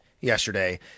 yesterday